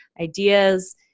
ideas